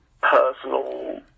personal